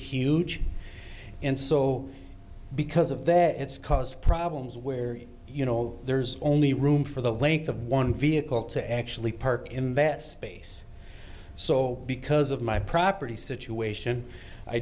huge and so because of that it's caused problems where you know there's only room for the length of one vehicle to actually park in that space so because of my property situation i